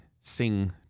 Sing